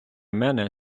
мене